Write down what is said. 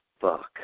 fuck